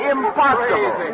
Impossible